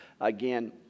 Again